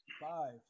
Five